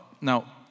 Now